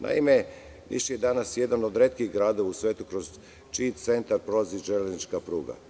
Naime, Niš je danas jedan od retkih gradova u svetu kroz čiji centar prolazi železnička pruga.